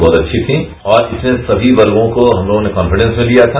बहुत अच्छी थी और इसमें सभी वर्गों को उन्होंने कॉफ्रिडेंस में लिया था